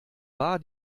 war